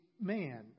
man